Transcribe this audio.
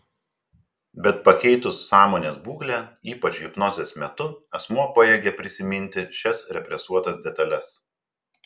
bet pakeitus sąmonės būklę ypač hipnozės metu asmuo pajėgia prisiminti šias represuotas detales